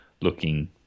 looking